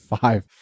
Five